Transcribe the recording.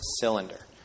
Cylinder